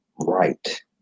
right